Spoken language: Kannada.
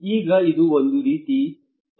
ಈಗ ಇದು ಒಂದು ರೀತಿಯ ತೊಂದರೆ ನಿವಾರಕ ಆಗಿದೆ